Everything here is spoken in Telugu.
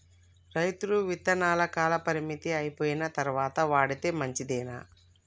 రైతులు విత్తనాల కాలపరిమితి అయిపోయిన తరువాత వాడితే మంచిదేనా?